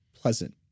pleasant